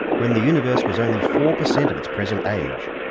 when the universe was only four percent of its present age.